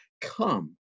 Come